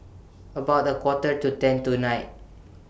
about A Quarter to ten tonight